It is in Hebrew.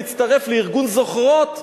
להצטרף לארגון "זוכרות",